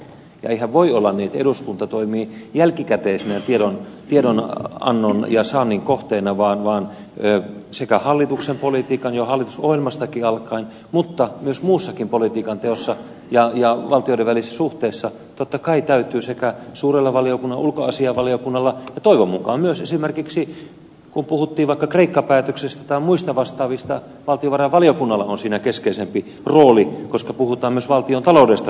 eihän voi olla niin että eduskunta toimii jälkikäteisenä tiedonannon ja saannin kohteena vaan hallituksen politiikassa jo hallitusohjelmastakin alkaen mutta myös muussakin politiikanteossa ja valtioiden välisissä suhteissa totta kai täytyy suurella valiokunnalla ulkoasiainvaliokunnalla ja toivon mukaan myös esimerkiksi kun puhutaan vaikka kreikka päätöksestä ja muista vastaavista valtiovarainvaliokunnalla olla siinä keskeisempi rooli koska puhutaan samalla myös valtiontaloudesta